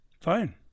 fine